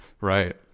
Right